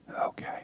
Okay